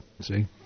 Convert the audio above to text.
See